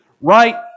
right